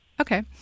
Okay